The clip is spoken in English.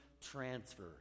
transfer